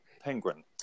Penguin